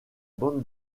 bande